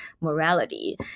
morality